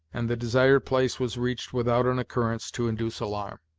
and the desired place was reached without an occurrence to induce alarm.